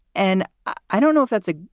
and i don't know if that's a.